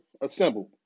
assembled